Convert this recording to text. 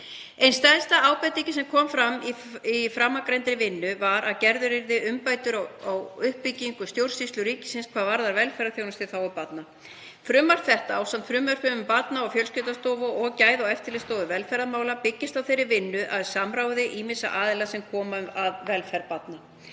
Ein stærsta ábendingin sem fram kom í framangreindri vinnu var að gerðar yrðu umbætur á uppbyggingu stjórnsýslu ríkisins hvað varðar velferðarþjónustu í þágu barna. Frumvarp þetta, ásamt frumvörpum um Barna- og fjölskyldustofu og um Gæða- og eftirlitsstofnun velferðarmála, byggist á þeirri vinnu og samráði ýmissa aðila sem koma að velferð barna.